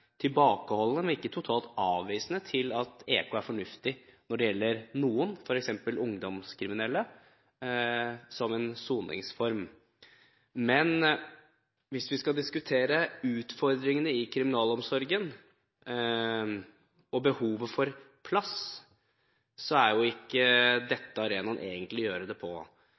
tilbakeholdne, men ikke totalt avvisende, til at EK er fornuftig som soningsform når det gjelder noen, f.eks. ungdomskriminelle. Men hvis vi skal diskutere utfordringene i kriminalomsorgen og behovet for plass, er ikke dette egentlig arenaen å gjøre det på.